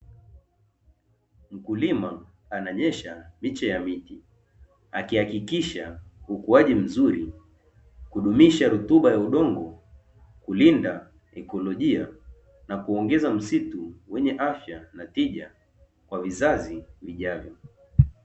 Mkulima ananyesha miche ya miti, akihakikisha ukuaji mzuri, kudumisha rutuba ya udongo, kulinda ekolojia na kuongeza msitu wenye afya na tija kwa vizazi vijavyo.